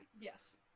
Yes